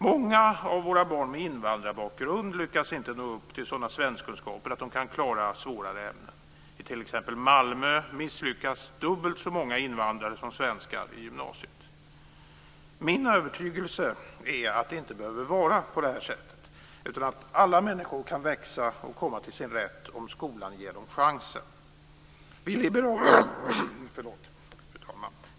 Många av våra barn med invandrarbakgrund lyckas inte nå upp till sådana kunskaper i svenska att de kan klara svårare ämnen. I t.ex. Malmö misslyckas dubbelt så många invandrare som svenskar i gymnasiet. Min övertygelse är att det inte behöver vara på det här sättet, utan att alla människor kan växa och komma till sin rätt om skolan ger dem chansen. Fru talman!